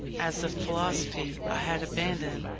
as a philosophy, i had abandoned,